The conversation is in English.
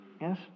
Yes